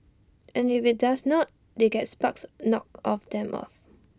and if IT does not they get sparks knocked off them off